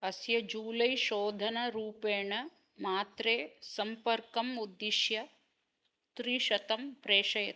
अस्य जूलै शोधनरुपेण मात्रे सम्पर्कम् उद्दिश्य त्रिशतं प्रेषयतु